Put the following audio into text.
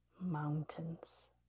mountains